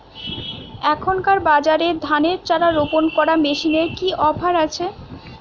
এখনকার বাজারে ধানের চারা রোপন করা মেশিনের কি অফার আছে?